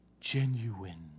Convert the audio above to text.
genuine